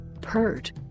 Pert